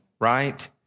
right